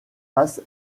face